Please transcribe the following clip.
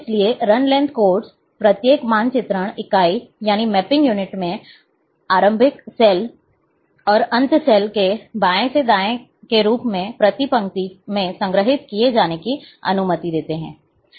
इसलिए run length codes प्रत्येक मानचित्रण इकाई में आरंभिक सेल और अंत सेल के बाएं से दाएं के रूप में प्रति पंक्ति में संग्रहीत किए जाने की अनुमति देते हैं